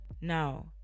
now